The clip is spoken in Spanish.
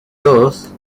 dos